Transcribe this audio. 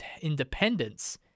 independence